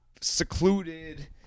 Secluded